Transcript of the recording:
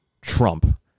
Trump